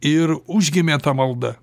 ir užgimė ta malda